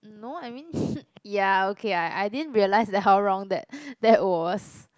no I mean ya okay I I didn't realise that how wrong that that was